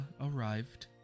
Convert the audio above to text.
arrived